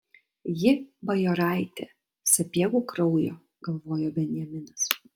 ji bajoraitė sapiegų kraujo galvojo benjaminas